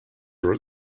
are